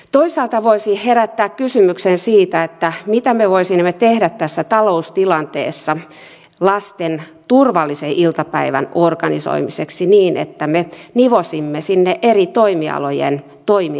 toisaalta voisi herättää kysymyksen siitä mitä me voisimme tehdä tässä taloustilanteessa lasten turvallisen iltapäivän organisoimiseksi niin että me nivoisimme sinne eri toimialojen toiminnat yhteen